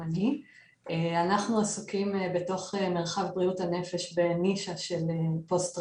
אנחנו עסוקים בתוך מרחב בריאות הנפש בנישה של פוסט טראומה,